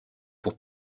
pour